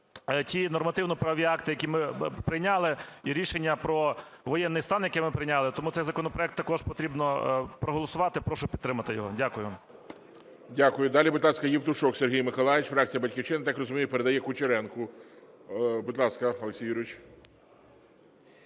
ті нормативно-правові акти, які ми прийняли, і рішення про воєнний стан, яке ми прийняли, тому цей законопроект також потрібно проголосувати. Прошу підтримати його. Дякую. ГОЛОВУЮЧИЙ. Дякую. Далі, будь ласка, Євтушок Сергій Миколайович, фракція "Батьківщина". Я так розумію, передає Кучеренку. Будь ласка, Олексій Юрійович.